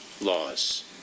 laws